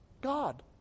God